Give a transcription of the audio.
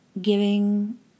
giving